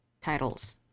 titles